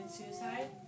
suicide